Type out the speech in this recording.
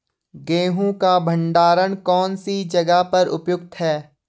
गेहूँ का भंडारण कौन सी जगह पर उपयुक्त है?